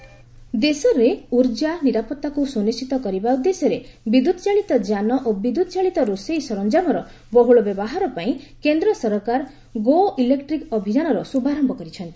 ଗଡ଼କରୀ ଦେଶରେ ଉର୍ଜା ନିରାପତ୍ତାକୁ ସୁନିଶ୍ଚିତ କରିବା ଉଦ୍ଦେଶ୍ୟରେ ବିଦ୍ୟୁତ୍ ଚାଳିତ ଯାନ ଓ ବିଦ୍ୟୁତ୍ ଚାଳିତ ରୋଷେଇ ସରଞ୍ଜାମର ବହୁଳ ବ୍ୟବହାର ପାଇଁ କେନ୍ଦ୍ର ସରକାର 'ଗୋ ଇଲେକ୍ତିକ୍' ଅଭିଯାନର ଶୁଭାରମ୍ଭ କରିଛନ୍ତି